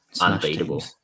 unbeatable